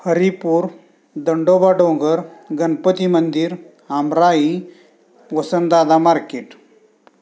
हरिपूर दंडोबा डोंगर गणपती मंदिर अमराई वसंतदादा मार्केट